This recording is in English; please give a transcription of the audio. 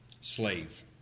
Slave